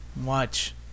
Watch